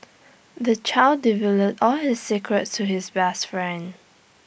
the child all his secrets to his best friend